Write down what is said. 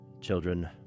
children